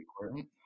important